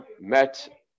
met